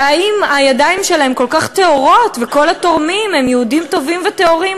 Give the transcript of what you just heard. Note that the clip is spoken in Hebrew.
ואם הידיים שלהם כל כך טהורות וכל התורמים הם יהודים טובים וטהורים,